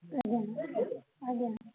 ଆଜ୍ଞା ଆଜ୍ଞା